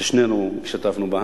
ששנינו השתתפנו בה.